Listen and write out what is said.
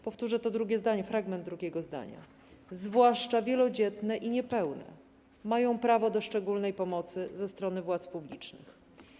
Powtórzę to drugie zdanie, fragment drugiego zdania: „zwłaszcza wielodzietne i niepełne mają prawo do szczególnej pomocy ze strony władz publicznych”